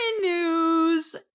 news